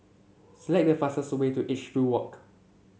select the fastest way to Edgefield Walk